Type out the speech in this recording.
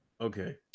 okay